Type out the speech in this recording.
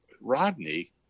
Rodney